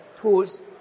tools